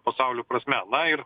pasauliu prasme na ir